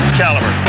caliber